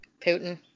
Putin